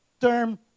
term